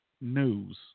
news